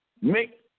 make